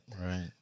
right